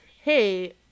hey